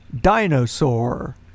Dinosaur